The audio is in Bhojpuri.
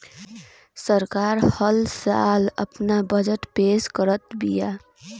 सरकार हल साल आपन बजट पेश करत बिया